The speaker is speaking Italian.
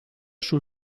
sul